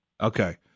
Okay